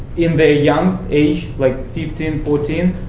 in their young age, like fifteen, fourteen.